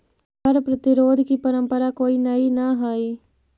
कर प्रतिरोध की परंपरा कोई नई न हई